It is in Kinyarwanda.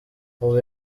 ubu